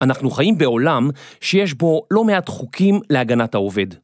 אנחנו חיים בעולם שיש בו לא מעט חוקים להגנת העובד.